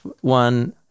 one